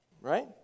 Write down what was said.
Right